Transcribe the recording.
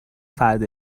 فرد